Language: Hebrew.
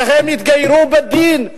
שהתגיירו בדין,